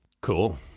Cool